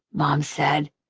mom said.